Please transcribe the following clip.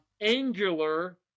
Angular